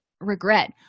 regret